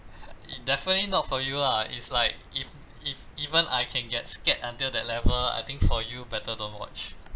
definitely not for you lah it's like if if even I can get scared until that level I think for you better don't watch